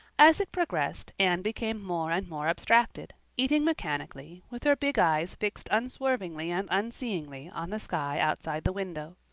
as it progressed anne became more and more abstracted, eating mechanically, with her big eyes fixed unswervingly and unseeingly on the sky outside the window.